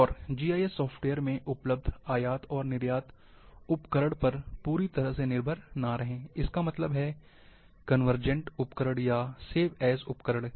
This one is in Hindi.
और जीआईएस सॉफ्टवेयर में उपलब्ध आयात और निर्यात उपकरण पर पूरी तरह से निर्भर ना रहें हैं इसका मतलब है कन्वर्जेंट उपकरण या सेव ऐज़ उपकरण